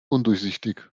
undurchsichtig